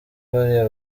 bariya